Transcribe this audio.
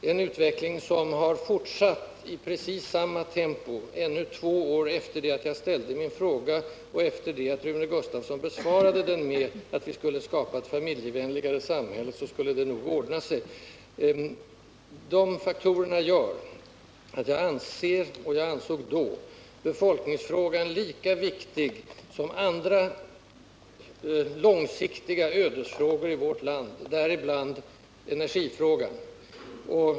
Denna utveckling har fortsatt i precis samma tempo ännu två år efter det att jag ställde min fråga och efter det att Rune Gustavsson besvarade den med att det nog skulle ordna sig genom att vi skulle skapa ett familjevänligt samhälle. Dessa förhållanden gör att jag anser — liksom jag då gjorde — befolkningsfrågan vara lika viktig som andra långsiktiga ödesfrågor i vårt land, däribland t.ex. energifrågan.